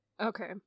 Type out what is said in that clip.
Okay